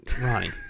Ronnie